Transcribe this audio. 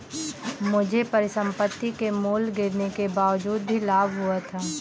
मुझे परिसंपत्ति के मूल्य गिरने के बावजूद भी लाभ हुआ था